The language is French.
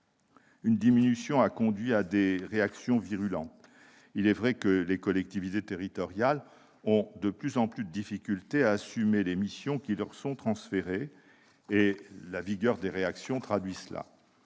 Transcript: Une diminution a conduit à des réactions virulentes. Il est vrai que les collectivités territoriales ont de plus en plus de difficultés à assumer les missions qui leur sont transférées. C'est ce que traduit la